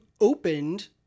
opened